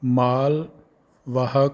ਮਾਲ ਵਾਹਕ